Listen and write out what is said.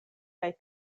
kaj